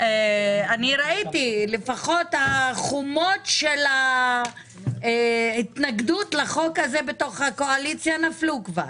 ראיתי שהחומות של ההתנגדות לחוק הזה בתוך הקואליציה כבר נפלו.